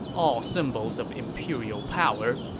all symbols of imperial power,